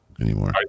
anymore